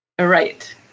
Right